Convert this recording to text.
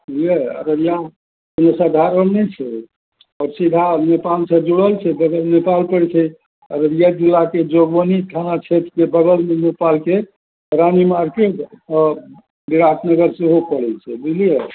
बुझलिए अररिया कोनो सधारण नहि छै आओर सीधा नेपालसे जुड़ल छै बगल नेपाल पड़ै छै अररिया जिलाके जोगबनी थाना क्षेत्रके बगलमे नेपालके रानी मारकेट अऽ विराट नगर सेहो पड़ै छै बुझलिए